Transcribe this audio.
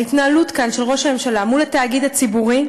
ההתנהלות כאן, של ראש הממשלה מול התאגיד הציבורי,